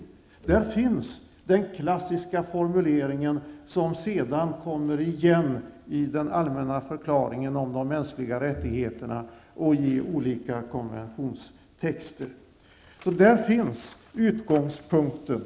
Här har vi den klassiska formulering som återkommer i den allmänna förklaringen om de mänskliga rättigheterna samt i olika konventionstexter. Där finns alltså utgångspunkten.